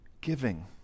Giving